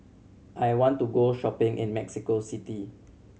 I want to go shopping in Mexico City